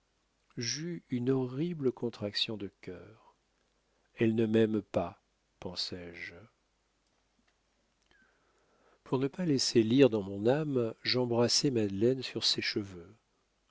j'eus une horrible contraction de cœur elle ne m'aime pas pensais-je pour ne pas laisser lire dans mon âme j'embrassai madeleine sur ses cheveux